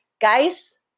guys